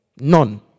none